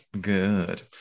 Good